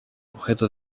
objeto